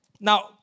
Now